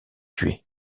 tuer